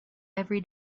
every